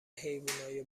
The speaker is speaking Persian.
حیونای